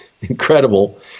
incredible